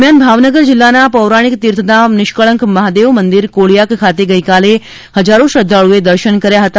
દરમિયાન ભાવનગર જિલ્લાના પૌરાણિક તીર્થધામ નિષ્કળંક મહાદેવ મંદિર કોળીયાક ખાતે ગઇકાલે હજારો શ્રદ્ધાળુઓએ દર્શન કર્યા હતા